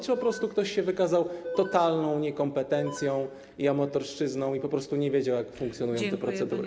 Czy po prostu ktoś wykazał się totalną niekompetencją, amatorszczyzną i po prostu nie wiedział, jak funkcjonują te procedury?